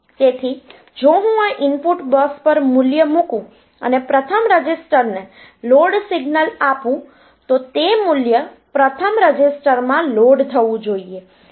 તેથી જો હું આ ઇનપુટ બસ પર મૂલ્ય મુકુ અને પ્રથમ રજીસ્ટરને લોડ સિગ્નલ આપું તો તે મૂલ્ય પ્રથમ રજીસ્ટરમાં લોડ થવું જોઈએ